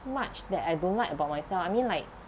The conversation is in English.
much that I don't like about myself I mean like